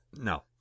No